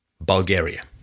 Bulgaria